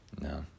No